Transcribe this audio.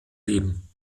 leben